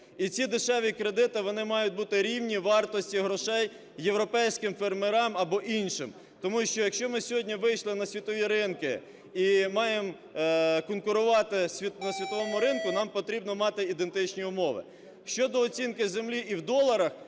І ці дешеві кредити, вони мають бути рівні вартості грошей європейським фермерам або іншим, тому що, якщо ми сьогодні вийшли на світові ринки і маємо конкурувати на світовому ринку, нам потрібно мати ідентичні умови. Щодо оцінки землі і в доларах?